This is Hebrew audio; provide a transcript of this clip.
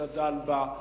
גדל בה,